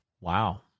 wow